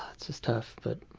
ah it's just tough. but